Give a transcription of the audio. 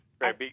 Right